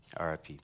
RIP